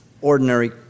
ordinary